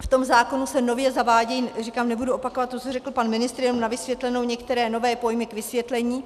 V tom zákoně se nově zavádějí nebudu opakovat to, co řekl pan ministr, jenom na vysvětlenou některé nové pojmy k vysvětlení.